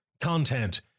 content